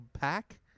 pack